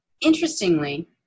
Interestingly